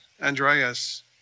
Andreas